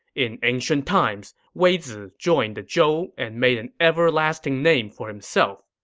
in ancient times, wei zi joined the zhou and made an everlasting name for himself.